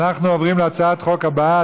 אנחנו עוברים להצעת החוק הבאה,